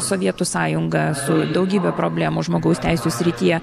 sovietų sąjunga su daugybe problemų žmogaus teisių srityje